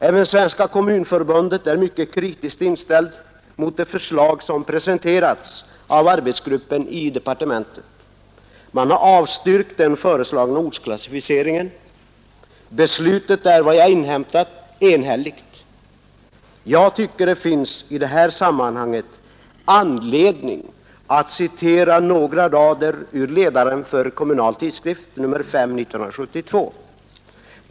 Även Svenska kommunförbundet är mycket kritiskt inställt mot det förslag som presenterats av arbetsgruppen i departementet. Man har avstyrkt den föreslagna ortsklassificeringen. Beslutet är enligt vad jag inhämtat enhälligt. Jag tycker att det i det här sammanhanget finns anledning att citera några rader ur ledaren i Kommunal Tidskrift nr 5, 1972.